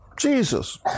Jesus